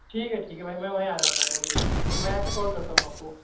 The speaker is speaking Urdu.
ٹھیک ہے ٹھیک ہے بھائی میں وہیں آ جاتا ہوں ابھی میں آ کے کال کرتا ہوں آپ کو